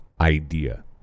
idea